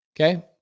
Okay